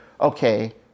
okay